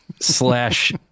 Slash